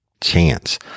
chance